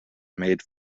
made